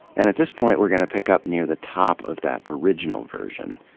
and at this point we're gonna pick up near the top of that original version,